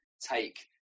Take